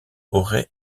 auraient